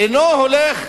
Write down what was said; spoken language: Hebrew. אינו הולך